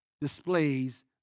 displays